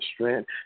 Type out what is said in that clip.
strength